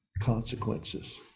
consequences